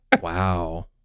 wow